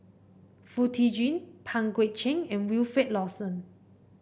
Foo Tee Jun Pang Guek Cheng and Wilfed Lawson